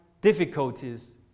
difficulties